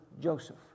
Joseph